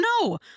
no